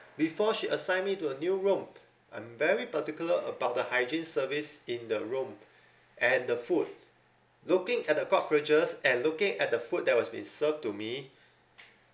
before she assign me to a new room I'm very particular about the hygiene service in the room and the food looking at the cockroaches and looking at the food that was being served to me